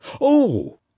Oh